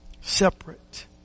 Separate